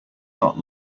not